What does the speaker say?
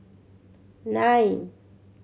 nine